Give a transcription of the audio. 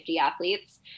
athletes